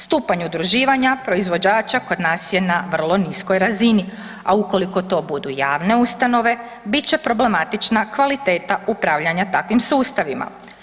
Stupanj udruživanja proizvođača kod nas je na vrlo niskoj razini, a ukoliko to budu javne ustanove, bit će problematična kvaliteta upravljanja takvim sustavima.